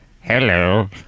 Hello